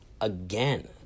again